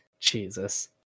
Jesus